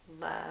Love